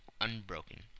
unbroken